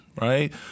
right